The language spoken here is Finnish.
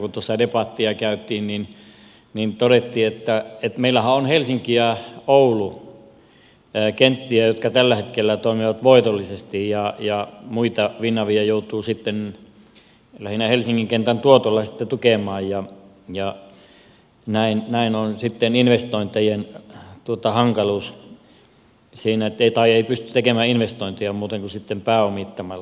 kun debattia käytiin niin todettiin että meillähän on helsinki ja oulu kenttiä jotka tällä hetkellä toimivat voitollisesti ja muita finavia joutuu sitten lähinnä helsingin kentän tuotolla tukemaan ja näin on sitten investointien hankaluus siinä ettei pysty tekemään investointeja muuten kuin pääomittamalla